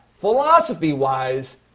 philosophy-wise